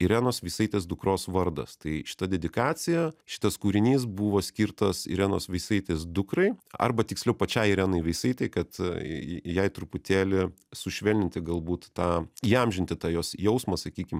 irenos veisaitės dukros vardas tai šita dedikacija šitas kūrinys buvo skirtas irenos veisaitės dukrai arba tiksliau pačiai irenai veisaitei kad jai truputėlį sušvelninti galbūt tą įamžinti tą jos jausmą sakykim